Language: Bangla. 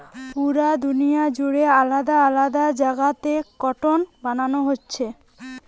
পুরা দুনিয়া জুড়ে আলাদা আলাদা জাগাতে কটন বানানা হচ্ছে